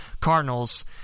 Cardinals